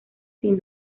sin